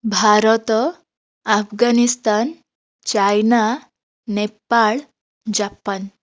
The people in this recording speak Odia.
Bharat Afghanistan China Nepal Japan